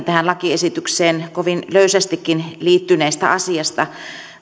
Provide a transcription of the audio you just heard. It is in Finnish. tähän lakiesitykseen kovin löysästikin liittyneestä asiasta